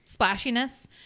splashiness